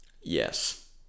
Yes